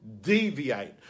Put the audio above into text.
deviate